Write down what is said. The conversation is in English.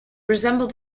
resemble